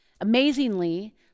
Amazingly